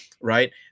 Right